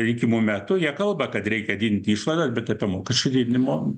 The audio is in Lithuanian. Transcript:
rinkimų metu jie kalba kad reikia didinti išlaidas bet apie mokesčių didinimo